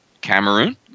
Cameroon